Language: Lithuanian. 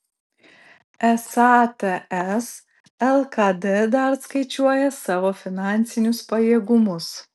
esą ts lkd dar skaičiuoja savo finansinius pajėgumus